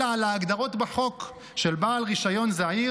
אלא על ההגדרות בחוק של בעל רישיון זעיר